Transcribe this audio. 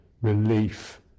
relief